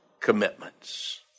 commitments